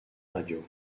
radio